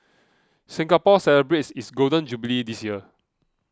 Singapore celebrates its Golden Jubilee this year